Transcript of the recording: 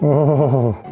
oh!